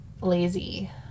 lazy